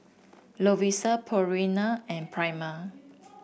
Lovisa Purina and Prima